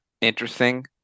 interesting